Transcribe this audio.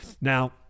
Now